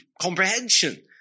comprehension